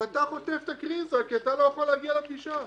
ואתה חוטף קריזה כי אתה לא יכול להגיע לפגישה,